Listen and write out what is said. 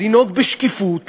לנהוג בשקיפות,